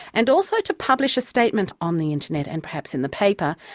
and also to publish a statement on the internet and perhaps in the paper.